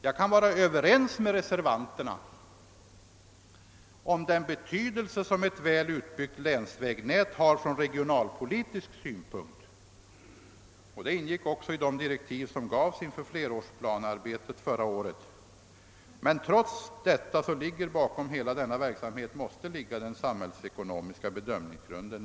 Jag kan vara överens med reservanterna om den betydelse som ett väl utbyggt länsvägnät har från regionalpolitisk synpunkt — detta underströks också i de direktiv som gavs för flerårsplanearbetet förra året — men trots detta ligger, och måste ligga, som underlag för hela verksamheten den samhällsekonomiska bedömningsgrunden.